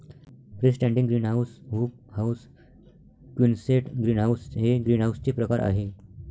free standing greenhouse, hoop house, quonset greenhouse हे ग्रीनहाऊसचे प्रकार आहे